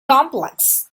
complex